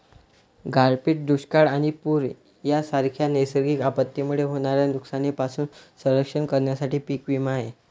गारपीट, दुष्काळ आणि पूर यांसारख्या नैसर्गिक आपत्तींमुळे होणाऱ्या नुकसानीपासून संरक्षण करण्यासाठी पीक विमा आहे